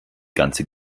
ganze